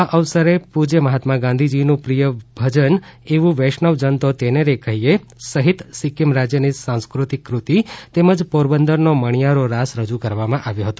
આ અવસરે મહાત્માત ગાંધીજીનું પ્રિય ભજન એવું વૈષ્ણ વજ તો તેને કહીએ સહિત સીક્કિમ રાજયની સાંસ્કૃતિક કૃતિ તેમજ પોરબંદરનો મણીયારો રાસ રજુ કરવામાં આવ્યો હતો